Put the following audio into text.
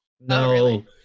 No